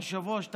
היושב-ראש,